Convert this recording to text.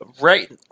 right